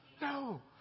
No